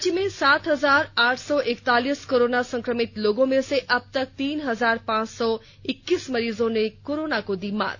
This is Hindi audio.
राज्य में सात हजार आठ सौ इकतालीस कोरोना संक्रमित लोगों में से अबतक तीन हजार पांच सौ इक्कीस मरीजों ने कोरोना को दी मात